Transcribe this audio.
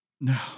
No